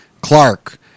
Clark